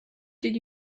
did